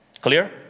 Clear